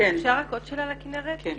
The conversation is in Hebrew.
עוד שאלה לגבי הכינרת.